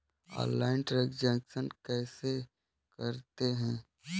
Online transaction कैसे करते हैं?